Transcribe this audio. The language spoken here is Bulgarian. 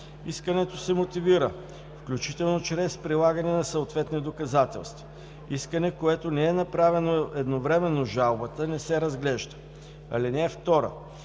Искането се мотивира, включително чрез прилагане на съответни доказателства. Искане, което не е направено едновременно с жалбата, не се разглежда. (2) Комисията